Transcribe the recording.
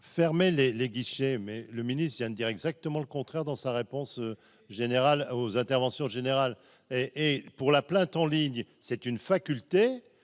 les les guichets, mais le ministre, il vient de dire exactement le contraire dans sa réponse générale aux interventions générales et et pour la plainte en ligne, c'est une faculté